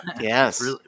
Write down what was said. Yes